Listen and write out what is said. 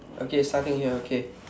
okay starting here okay